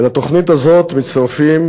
אל התוכנית הזאת מצטרפים